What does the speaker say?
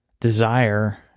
desire